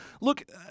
look